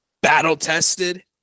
battle-tested